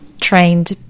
trained